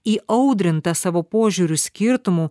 įaudrinta savo požiūrių skirtumų